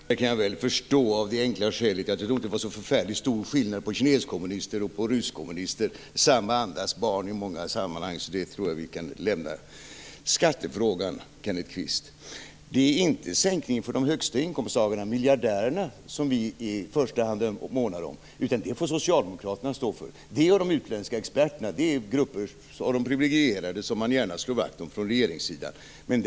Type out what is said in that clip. Fru talman! Det senare kan jag väl förstå, av det enkla skälet att det nog inte var så stor skillnad på kineskommunister och rysskommunister. Det var samma andas barn i många sammanhang. Jag tror att vi kan lämna det. I skattefrågan är det inte sänkningen för de högsta inkomsttagarna, miljardärerna, som vi i första hand månar om, utan det får Socialdemokraterna stå för. Det är de utländska experterna och grupper av privilegierade som man gärna slår vakt om från regeringens sida.